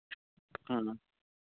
ᱦᱮᱸ